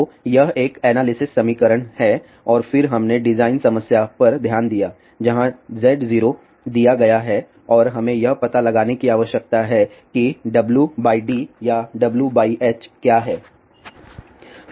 तो यह एक एनालिसिस समीकरण है और फिर हमने डिज़ाइन समस्या पर ध्यान दिया जहां Z0 दिया गया है और हमें यह पता लगाने की आवश्यकता है कि Wd या Wh क्या है